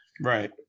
Right